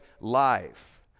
life